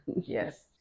Yes